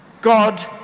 God